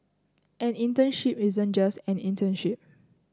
an internship isn't just an internship